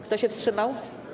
Kto się wstrzymał?